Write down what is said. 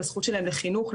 בזכות שלהם לחינוך,